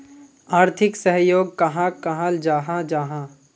आर्थिक सहयोग कहाक कहाल जाहा जाहा?